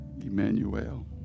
Emmanuel